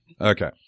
Okay